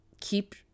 keep